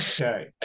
Okay